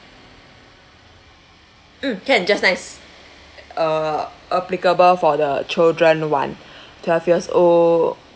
mm can just nice uh applicable for the children [one] twelve years old